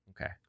Okay